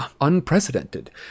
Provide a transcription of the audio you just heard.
unprecedented